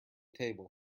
table